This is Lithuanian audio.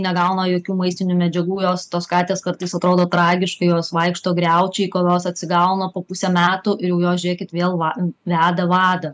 negauna jokių maistinių medžiagų jos tos katės kartais atrodo tragiškai jos vaikšto griaučiai kol jos atsigauna po pusę metų ir jau jos žiūrėkit vėl va veda vadą